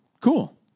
Cool